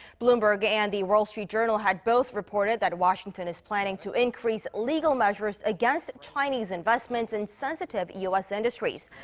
bloomberg and the wall street journal had both reported that washington is planning to increase legal measures against chinese investments in sensitive u s. industries.